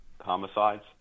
homicides